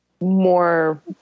more